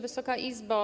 Wysoka Izbo!